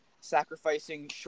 sacrificing